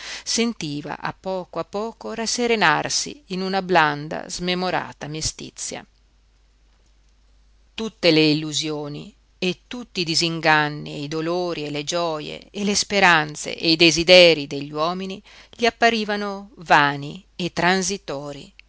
sentiva a poco a poco rasserenarsi in una blanda smemorata mestizia tutte le illusioni e tutti i disinganni e i dolori e le gioje e le speranze e i desiderii degli uomini gli apparivano vani e transitorii